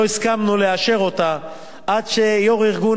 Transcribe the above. לא הסכמנו לאשר אותה עד שיושב-ראש ארגון